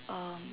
um